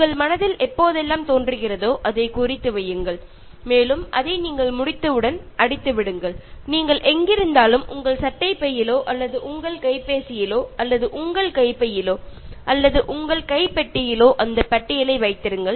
உங்கள் மனதில் எப்போதெல்லாம் தோன்றுகிறதோ அதை குறித்து வையுங்கள் மேலும் அதை நீங்கள் முடித்தவுடன் அடித்து விடுங்கள் நீங்கள் எங்கிருந்தாலும் உங்கள் சட்டைப் பையிலோ அல்லது உங்கள் கைபேசியிலோ அல்லது உங்கள் கைப்பையிலோ அல்லது உங்கள் கைப்பெட்டியிலோ அந்த பட்டியலை வைத்திருங்கள்